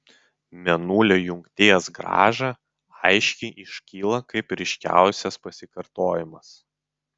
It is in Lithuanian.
mėnulio jungties grąža aiškiai iškyla kaip ryškiausias pasikartojimas